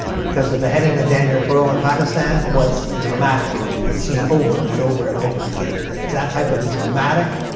because the beheading of daniel pearl in pakistan was dramatic and seen over and over and over again. and it's that type of dramatic